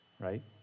right